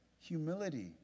humility